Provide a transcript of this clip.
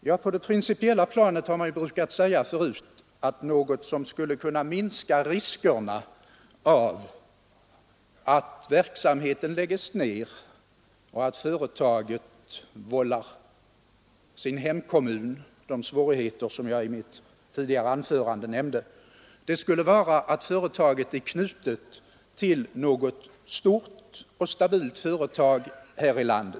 Ja, på det principiella planet har man tidigare sagt att något som kan minska riskerna för att verksamhet läggs ned och att ett företag vållar sin hemkommun de svårigheter som jag i mitt tidigare anförande nämnde är att företaget har anknytning till något stort och stabilt företag här i landet.